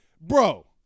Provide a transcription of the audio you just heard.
Bro